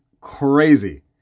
crazy